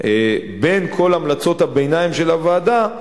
בין כל המלצות הביניים של הוועדה,